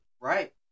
Right